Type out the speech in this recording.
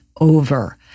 over